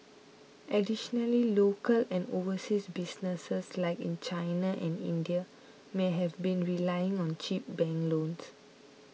additionally local and overseas businesses like in China and India may have been relying on cheap bank loans